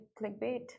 clickbait